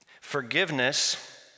Forgiveness